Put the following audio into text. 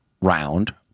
round